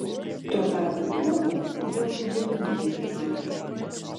tuo tarpu uogų jokiu būdu nereikia malti